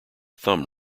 thumb